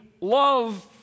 love